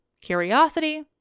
Curiosity